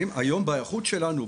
היום בהיערכות שלנו,